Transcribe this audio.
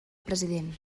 president